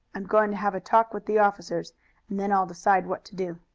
i'm going to have a talk with the officers and then i'll decide what to do.